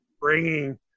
bringing